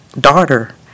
daughter